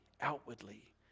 outwardly